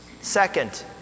Second